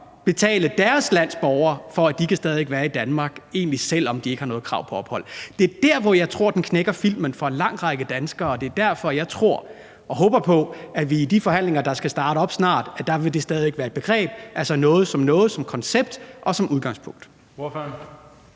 betale deres lands borgere for, at de stadig væk kan være i Danmark, selv om de egentlig ikke har noget krav på ophold. Det er der, hvor jeg tror filmen knækker for en lang række danskere, og det er derfor, jeg tror og håber på, at det i de forhandlinger, der skal starte snart, stadig væk vil være et begreb, altså som koncept og som udgangspunkt.